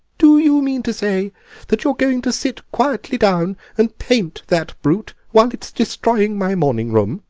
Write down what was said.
do you mean to say that you're going to sit quietly down and paint that brute while it's destroying my morning-room?